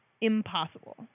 Impossible